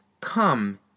come